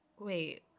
wait